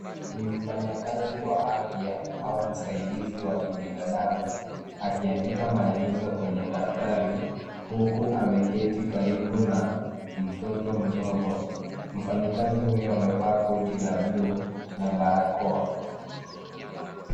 Ni mfanyakazi wa afya au msaidizi wa kibinadamu akiandika maelezo kwenye daftari huku ameketi karibu na mtoto mdogo. Mfanyikazi huyo amevaa koti la bluu na barakoa.